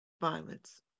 violence